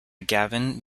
gavin